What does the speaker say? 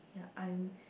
ya I'm